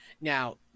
Now